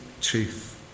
truth